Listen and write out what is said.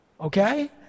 okay